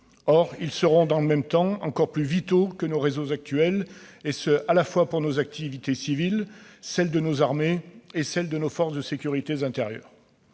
Or ils seront, dans le même temps, encore plus vitaux que les réseaux actuels, et ce à la fois pour nos activités civiles, celles de nos armées et de nos forces de sécurité intérieure.